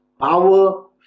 power